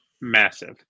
massive